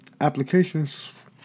applications